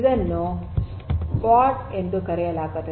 ಇದನ್ನು ಪಾಡ್ ಎಂದು ಕರೆಯಲಾಗುತ್ತದೆ